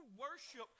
worship